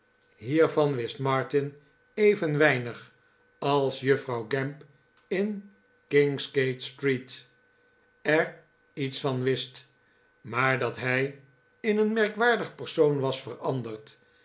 hiervan wist martin even weinig als juffrouw gamp in kingsgate street er iets van wist maar dat hij in een merkwaardig persoon was veranderd